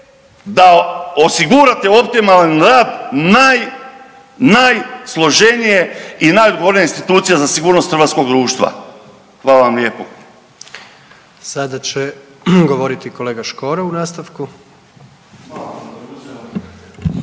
da osigurate optimalan rad naj, najsloženije i najodgovornije institucije za sigurnost hrvatskog društva. Hvala vam lijepo. **Jandroković, Gordan (HDZ)** Sada će